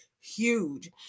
huge